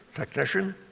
technician,